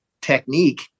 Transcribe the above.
technique